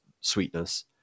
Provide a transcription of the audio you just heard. Sweetness